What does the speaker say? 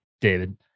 David